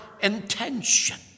intention